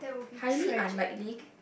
highly unlikely